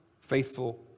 faithful